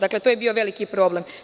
Dakle, to je bio veliki problem.